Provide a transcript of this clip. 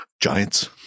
giants